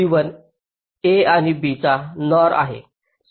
G1 a आणि b चा NOR आहे